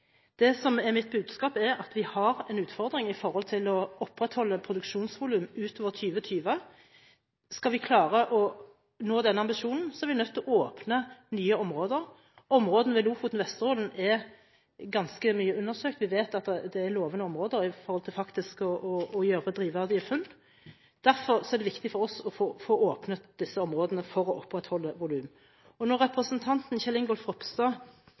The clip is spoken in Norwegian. Det som er mitt budskap, er at vi har en utfordring med tanke på å opprettholde produksjonsvolum utover 2020. Skal vi klare å nå den ambisjonen, er vi nødt til å åpne nye områder. Områdene ved Lofoten og Vesterålen er ganske mye undersøkt. Vi vet at det er lovende områder med hensyn til faktisk å gjøre drivverdige funn. Derfor er det viktig for oss å få åpnet disse områdene for å opprettholde volum. Når representanten Kjell Ingolf Ropstad